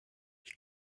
ich